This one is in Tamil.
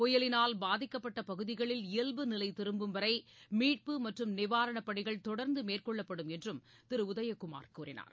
புயலினால் பாதிக்கப்பட்ட பகுதிகளில் இயல்பு நிலை திரும்பும் வரை மீட்பு மற்றும் நிவாரணப் பணிகள் தொடர்ந்து மேற்கொள்ளப்படும் என்றும் திரு உதயகுமார் தெரிவித்தார்